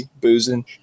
boozing